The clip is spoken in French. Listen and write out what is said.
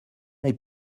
est